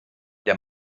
der